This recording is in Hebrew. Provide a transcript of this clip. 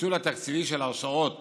הניצול התקציבי של הרשאות